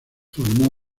formó